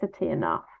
enough